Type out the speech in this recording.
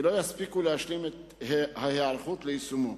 מספר כי לא יספיקו להשלים את ההיערכות ליישומו.